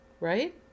right